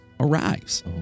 Arrives